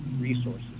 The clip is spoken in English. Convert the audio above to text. resources